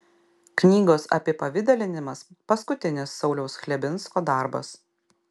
knygos apipavidalinimas paskutinis sauliaus chlebinsko darbas